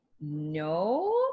No